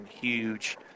huge